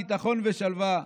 ביטחון ושלווה.